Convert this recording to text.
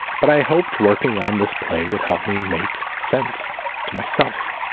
but i hoped working on this play would help me make sense to myself.